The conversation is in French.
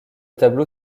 tableau